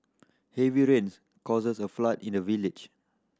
heavy rains caused a flood in a village